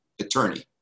attorney